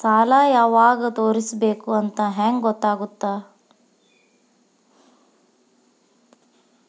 ಸಾಲ ಯಾವಾಗ ತೇರಿಸಬೇಕು ಅಂತ ಹೆಂಗ್ ಗೊತ್ತಾಗುತ್ತಾ?